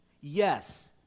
Yes